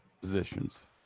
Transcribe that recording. positions